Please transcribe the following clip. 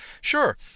Sure